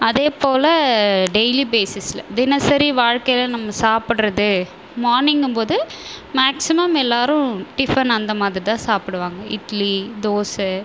அதே போல டெய்லி பேசிஸில் தினசரி வாழ்க்கையில நம்ம சாப்பிட்றது மார்னிங்கும்போது மேக்சிமம் எல்லாரும் டிஃபன் அந்த மாதிரிதான் சாப்பிடுவாங்க இட்லி தோசை